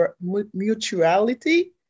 mutuality